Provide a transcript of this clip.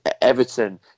Everton